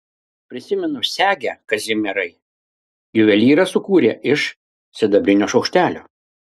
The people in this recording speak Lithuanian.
prisimenu segę kazimierai juvelyras sukūrė iš sidabrinio šaukštelio